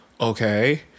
Okay